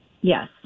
Yes